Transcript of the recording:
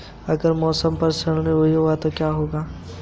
अगर म ैं समय पर ऋण न चुका पाउँ तो क्या होगा?